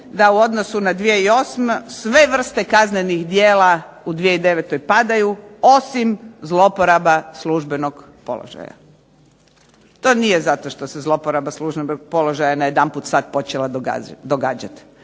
da u odnosu na 2008. sve vrste kaznenih djela u 2009. padaju osim zlouporaba službenog položaja. To nije zato što se zlouporaba službenog položaja najedanput sad počela događati,